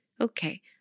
Okay